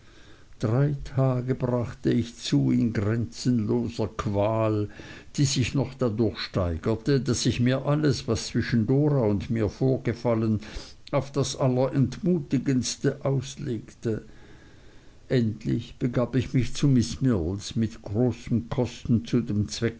drei tage brachte ich zu in grenzenloser qual die ich noch dadurch steigerte daß ich mir alles was zwischen dora und mir vorgefallen auf das allerentmutigendste auslegte endlich begab ich mich zu miß mills mit großen kosten zu dem zwecke